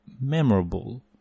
memorable